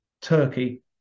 Turkey